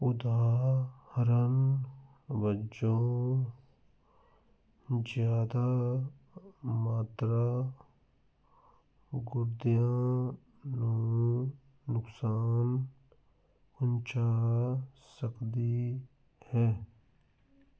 ਉਦਾਹਰਣ ਵਜੋਂ ਜ਼ਿਆਦਾ ਮਾਤਰਾ ਗੁਰਦਿਆਂ ਨੂੰ ਨੁਕਸਾਨ ਪਹੁੰਚਾ ਸਕਦੀ ਹੈ